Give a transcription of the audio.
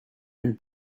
and